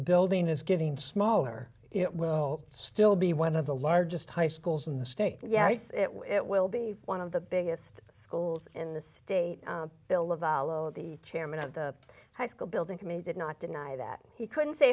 building is getting smaller it will still be one of the largest high schools in the state yeah it will be one of the biggest schools in the state bill leval of the chairman of the high school building committee did not deny that he couldn't say